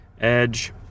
Edge